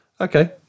Okay